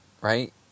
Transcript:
right